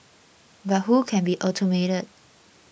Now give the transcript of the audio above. but who can be automated